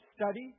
study